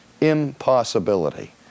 impossibility